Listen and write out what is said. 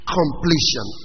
completion